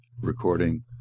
Recording